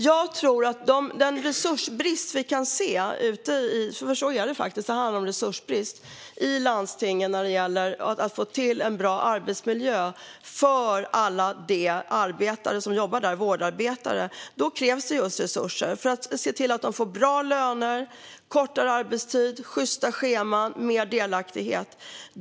Det handlar faktiskt om en resursbrist som vi kan se ute i landstingen när det gäller att få till en bra arbetsmiljö för alla de vårdarbetare som jobbar där. För detta krävs resurser för att se till att de får bra löner, kortare arbetstid, sjysta scheman och mer delaktighet.